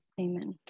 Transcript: amen